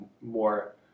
more